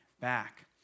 back